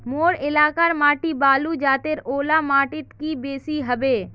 मोर एलाकार माटी बालू जतेर ओ ला माटित की बेसी हबे?